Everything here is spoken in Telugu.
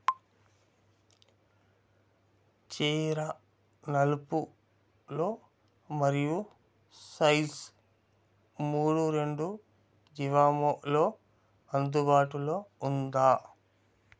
చీర నలుపులో మరియు సైజ్ మూడు రెండు జివామోలో అందుబాటులో ఉందా